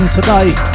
today